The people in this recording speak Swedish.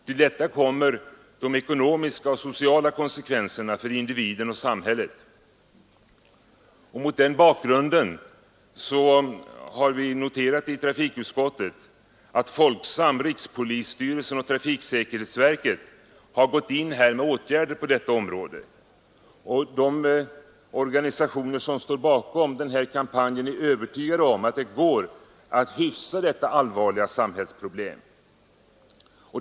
Till detta kommer de ekonomiska och sociala konsekvenserna för individen och samhället. Mot den bakgrunden har vi i trafikutskottet noterat att Folksam, rikspolisstyrelsen och trafiksäkerhetsverket har gått in med särskilda åtgärder på detta område. De organisationer som står bakom kampanjen är övertygade om att det går att hyfsa detta allvarliga samhällsproblem.